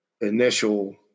initial –